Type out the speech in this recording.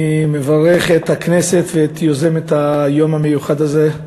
אני מברך את הכנסת ואת יוזמת היום המיוחד הזה,